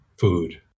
food